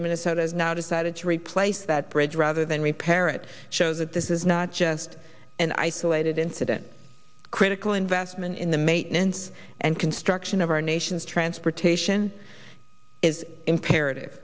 of minnesota has now decided to replace that bridge rather than repair it shows that this is not just an isolated incident critical investment in the maintenance and construction of our nation's transportation is imperative